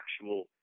actual